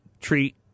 treat